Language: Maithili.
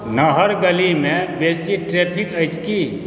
नहर गलीमे बेसी ट्रैफिक अछि की